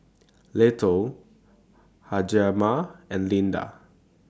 Little Hjalmar and Lena